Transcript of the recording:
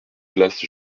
place